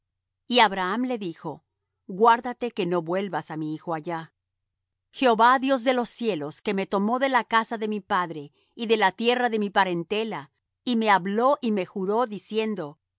y abraham le dijo guárdate que no vuelvas á mi hijo allá jehová dios de los cielos que me tomó de la casa de mi padre y de la tierra de mi parentela y me habló y me juró diciendo